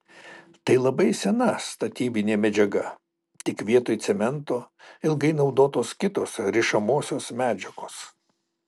tai labai sena statybinė medžiaga tik vietoj cemento ilgai naudotos kitos rišamosios medžiagos